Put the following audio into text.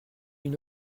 une